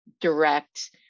direct